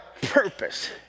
purpose